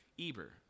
Eber